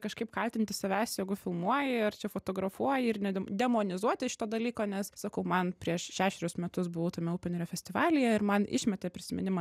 kažkaip kaltinti savęs jeigu filmuoji ar čia fotografuoji ir ne demonizuoti šito dalyko nes sakau man prieš šešerius metus buvau tame oupenerio festivalyje ir man išmetė prisiminimą